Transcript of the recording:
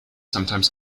sometimes